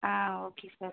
ah okay sir